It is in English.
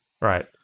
right